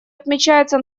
отмечается